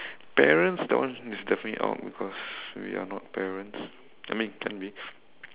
parents that one is definitely out because we are not parents I mean can be